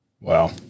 Wow